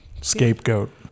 Scapegoat